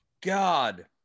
God